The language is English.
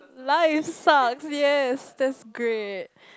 life sucks yes that's great